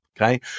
Okay